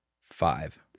Five